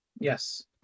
Yes